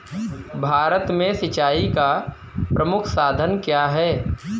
भारत में सिंचाई का प्रमुख साधन क्या है?